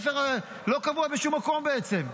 לא קבוע בשום מקום, בעצם,